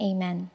Amen